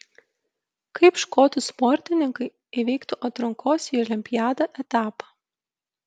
kaip škotų sportininkai įveiktų atrankos į olimpiadą etapą